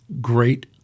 great